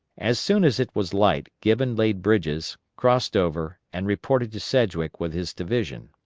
as soon as it was light gibbon laid bridges, crossed over, and reported to sedgwick with his division.